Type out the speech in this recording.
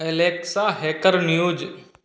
Alexa hacker news